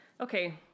Okay